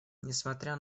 несмотря